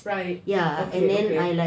right okay okay